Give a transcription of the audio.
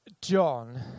John